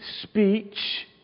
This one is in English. speech